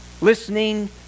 listening